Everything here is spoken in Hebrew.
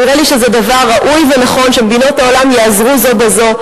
נראה לי שזה דבר ראוי ונכון שמדינות העולם ייעזרו זו בזו.